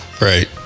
right